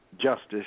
justice